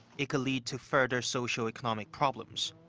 it could lead to further socio-economic problems.